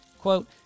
Quote